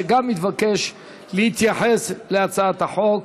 שגם התבקש להתייחס להצעת החוק.